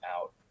out